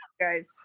guys